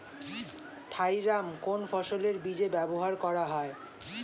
Thiram কোন ফসলের বীজে ব্যবহার করা হয়?